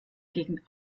gegen